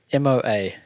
Moa